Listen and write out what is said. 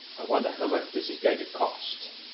i wonder how much this is going to cost.